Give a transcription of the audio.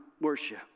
worship